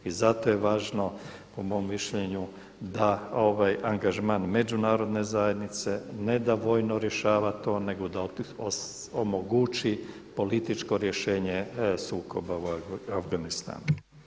I zato je važno po mom mišljenju da ovaj angažman međunarodne zajednice ne da vojno rješava to nego da omogući političko rješenje sukoba u Afganistanu.